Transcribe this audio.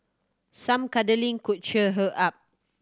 some cuddling could cheer her up